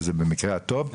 וזה במקרה הטוב,